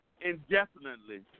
indefinitely